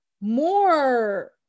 more